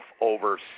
over